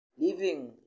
Living